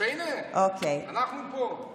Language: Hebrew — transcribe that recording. אנחנו פה.) אנחנו פה.